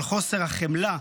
על חוסר החמלה,